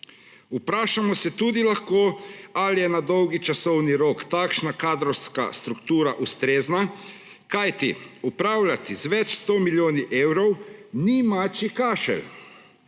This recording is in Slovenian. Vprašamo se tudi lahko, ali je na dolgi časovni rok takšna kadrovska struktura ustrezne, kajti upravljati z več sto milijoni evrov ni mačji kašelj.